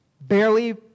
barely